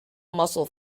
muscle